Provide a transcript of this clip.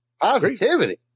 Positivity